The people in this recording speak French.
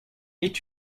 est